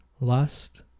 lust